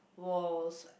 was